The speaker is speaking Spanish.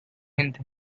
gente